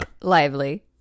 Lively